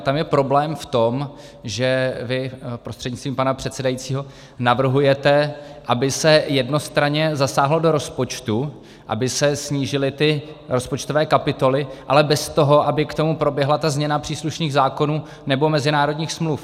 Tam je problém v tom, že vy prostřednictvím pana předsedajícího navrhujete, aby se jednostranně zasáhlo do rozpočtu, aby se snížily ty rozpočtové kapitoly, ale bez toho, aby k tomu proběhla ta změna příslušných zákonů nebo mezinárodních smluv.